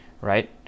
right